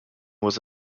was